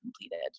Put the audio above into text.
completed